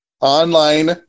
online